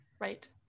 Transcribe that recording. Right